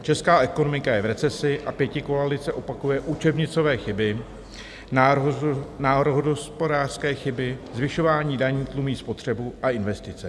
Česká ekonomika je v recesi a pětikoalice opakuje učebnicové chyby, národohospodářské chyby, zvyšování daní, tlumí spotřebu a investice.